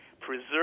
preserve